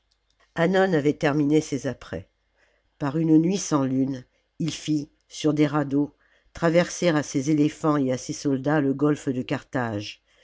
hannon avait terminé ses apprêts par une nuit sans lune il fit sur des radeaux traversera ses éléphants et à ses soldats le golfe de carthage